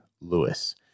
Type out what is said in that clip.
Lewis